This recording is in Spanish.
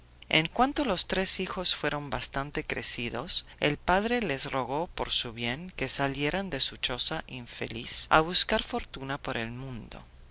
en cuanto los tres hijos fueron bastante crecidos el padre les rogó por su bien que salieran de su choza infeliz a buscar fortuna por el mundo